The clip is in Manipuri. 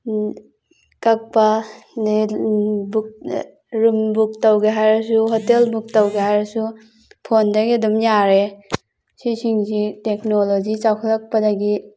ꯀꯛꯄꯥ ꯕꯨꯛ ꯔꯨꯝ ꯕꯨꯛ ꯇꯧꯒꯦ ꯍꯥꯏꯔꯁꯨ ꯍꯣꯇꯦꯜ ꯕꯨꯛ ꯇꯧꯒꯦ ꯍꯥꯏꯔꯁꯨ ꯐꯣꯟꯗꯒꯤ ꯑꯗꯨꯝ ꯌꯥꯔꯦ ꯁꯤꯁꯤꯡꯁꯤ ꯇꯦꯛꯅꯣꯂꯣꯖꯤ ꯆꯥꯎꯈꯠꯂꯛꯄꯗꯒꯤ